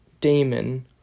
Damon